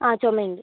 ആ ചുമ ഉണ്ട്